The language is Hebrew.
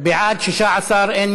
הלידה וההורות (תיקוני חקיקה),